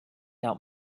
out